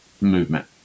movement